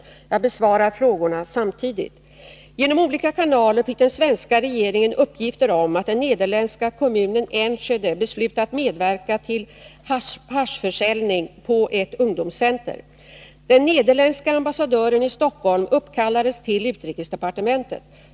Jag besvarar frågorna samtidigt. Genom olika kanaler fick den svenska regeringen uppgifter om att den nederländska kommunen Enschede beslutat medverka till haschförsäljning på ett ungdomscenter. Den nederländske ambassadören i Stockholm uppkallades till utrikesdepartementet.